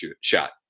shot